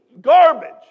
Garbage